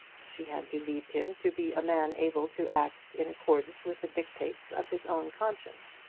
she had believed him to be a man able to act in accordance with the dictates of his own conscience.